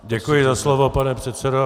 Děkuji za slovo, pane předsedo.